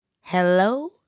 Hello